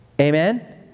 amen